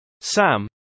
Sam